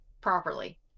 properly